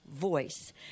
voice